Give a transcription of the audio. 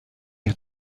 had